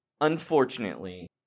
unfortunately